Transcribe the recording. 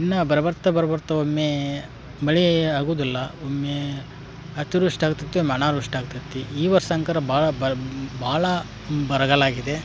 ಇನ್ನು ಬರುಬರ್ತ ಬರುಬರ್ತ ಒಮ್ಮೆ ಮಳೆ ಆಗುವುದಿಲ್ಲ ಒಮ್ಮೆ ಅತಿವೃಷ್ಠಿ ಆಗ್ತೈತಿ ಒಮ್ಮೆ ಅನಾವೃಷ್ಠಿ ಆಗ್ತೈತಿ ಈ ವರ್ಷ ಅಂಕರ ಭಾಳ ಭಾಳ ಬರಗಾಲ ಆಗಿದೆ